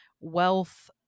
wealth